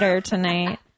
tonight